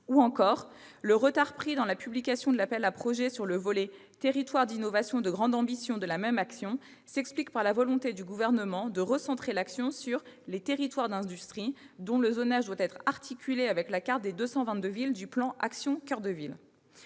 Fessenheim. Le retard pris dans la publication de l'appel à projets sur le volet « territoires d'innovation de grande ambition » de la même action s'explique par la volonté du Gouvernement de recentrer l'action sur les « territoires d'industrie », dont le zonage doit être articulé à la carte des 222 villes du plan « Action coeur de ville